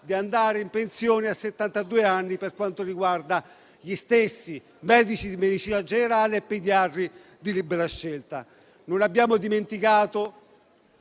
di andare in pensione a settantadue anni per gli stessi medici di medicina generale e i pediatri di libera scelta. Non abbiamo dimenticato